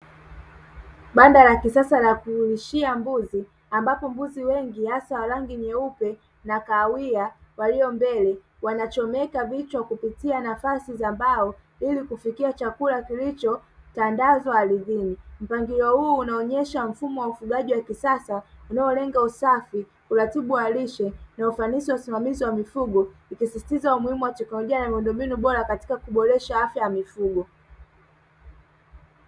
Banda la kisasa la kulishia mbuzi ambapo mbuzi wengi hasa wa rangi nyeupe na kahawia walio mbele, wanachomeka vichwa kupitia nafasi za mbao ili kufikia chakula kilicho tandazwa ardhini. Mpangilio huu unaonyesha mfumo wa ufugaji wa kisasa unaolenga usafi, uratibu wa lishe, na ufanisi wa usimamizi wa mifugo; ikisisitiza umuhimu wa teknolojia na miundombinu bora katika kuboresha afya ya mifugo.